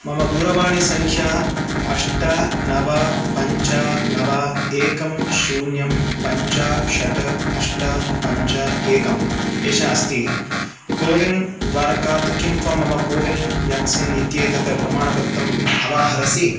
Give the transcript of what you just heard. मम दूरवाणीसङ्ख्या अष्ट नव पञ्च नव एकं शून्यं पञ्च षट् अष्ट पञ्च एकम् एषा अस्ति कोविन् द्वारकात् किं त्वं मम कोविन् व्याक्सीन् इत्येतत् प्रमाणपत्रम् अवाहरसि